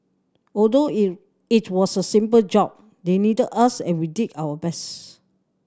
although it was a simple job they needed us and we did our best